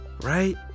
Right